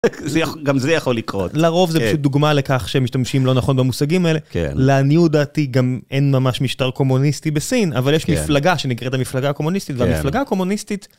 גם זה יכול לקרות לרוב זה דוגמה לכך שמשתמשים לא נכון במושגים האלה לעניות דעתי גם אין ממש משטר קומוניסטי בסין אבל יש מפלגה שנקראת המפלגה הקומוניסטית והמפלגה הקומוניסטית..